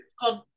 called